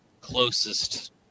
closest